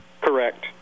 Correct